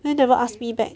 then never ask me back